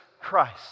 Christ